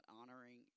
honoring